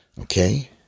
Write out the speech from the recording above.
Okay